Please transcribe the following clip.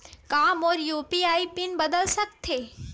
का मोर UPI pin बदल सकथे?